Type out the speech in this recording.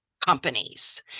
companies